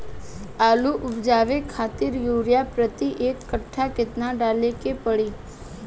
आलू उपजावे खातिर यूरिया प्रति एक कट्ठा केतना डाले के पड़ी?